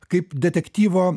kaip detektyvo